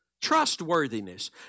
trustworthiness